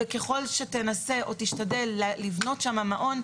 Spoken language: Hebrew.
וככל שתנסה או תשתדל לבנות שם מעון,